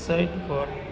side પર